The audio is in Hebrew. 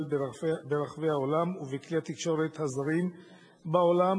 הנשמעת ברחבי העולם ובכלי התקשורת הזרים בעולם?